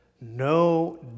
no